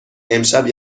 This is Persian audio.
امشب